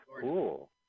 cool